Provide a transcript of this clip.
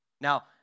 Now